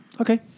Okay